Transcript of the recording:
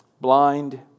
blind